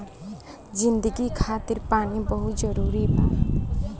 जिंदगी खातिर पानी बहुत जरूरी बा